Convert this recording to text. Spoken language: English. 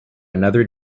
another